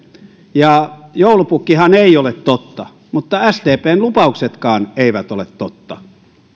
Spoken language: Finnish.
ja joulupukkihan ei ole totta mutta sdpn lupauksetkaan eivät ole totta